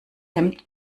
hemd